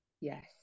Yes